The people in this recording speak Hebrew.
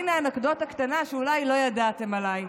הינה אנקדוטה קטנה שאולי לא ידעתם עליי.